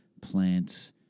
plants